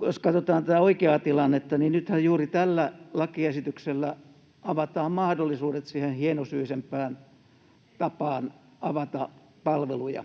jos katsotaan tätä oikeaa tilannetta, niin nythän juuri tällä lakiesityksellä avataan mahdollisuudet siihen hienosyisempään tapaan avata palveluja.